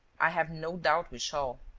i have no doubt we shall.